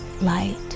light